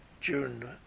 June